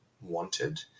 wanted